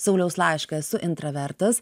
sauliaus laišką esu intravertas